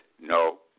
no